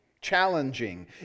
challenging